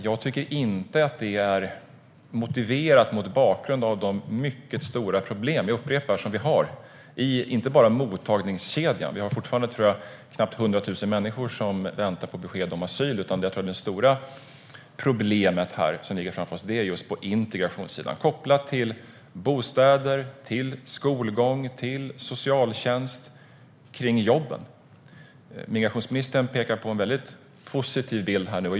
Jag tycker inte att det är motiverat mot bakgrund av, jag upprepar, de mycket stora problem som vi har. Problemet är inte bara i mottagningskedjan, där vi fortfarande har nästan 100 000 människor som väntar på besked om asyl. Jag tror att det stora problemet som ligger framför oss är på integrationssidan, kopplat till bostäder, skolgång, socialtjänst och jobb. Migrationsministern pekar på en väldigt positiv bild.